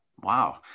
Wow